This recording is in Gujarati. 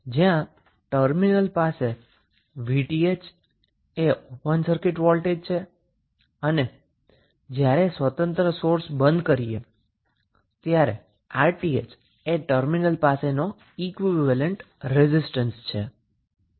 જ્યાં 𝑉𝑇ℎ એ ટર્મિનલ પાસે ઓપન સર્કિટ વોલ્ટેજ છે અને 𝑅𝑇ℎ એ ટર્મિનલ પાસેનો ઈક્વીવેલેન્ટ રેઝિસ્ટન્સ છે જ્યારે ઇંડિપેન્ડન્ટ સોર્સ બંધ કરીએ છીએ